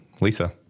Lisa